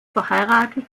verheiratet